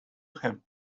have